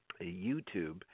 YouTube